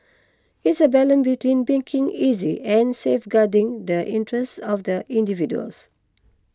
it's a balance between making easy and safeguarding the interests of the individuals